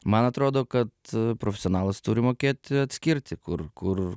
man atrodo kad profesionalas turi mokėti atskirti kur kur